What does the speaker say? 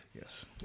Yes